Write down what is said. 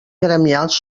gremials